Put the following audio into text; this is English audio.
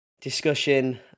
discussion